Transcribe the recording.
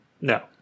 no